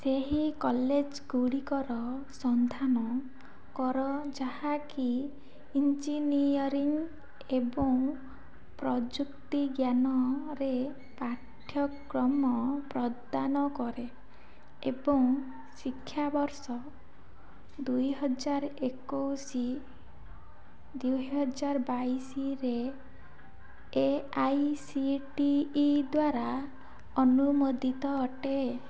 ସେହି କଲେଜ୍ ଗୁଡ଼ିକର ସନ୍ଧାନ କର ଯାହାକି ଇଞ୍ଜିନିୟରିଂ ଏବଂ ପ୍ରଯୁକ୍ତିଜ୍ଞାନରେ ପାଠ୍ୟକ୍ରମ ପ୍ରଦାନ କରେ ଏବଂ ଶିକ୍ଷାବର୍ଷ ଦୁଇହଜାରଏକୋଇଶି ଦୁଇହଜାରବାଇଶିରେ A I C T E ଦ୍ଵାରା ଅନୁମୋଦିତ ଅଟେ